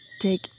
take